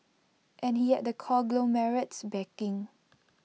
and he had the conglomerate's backing